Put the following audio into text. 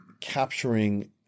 capturing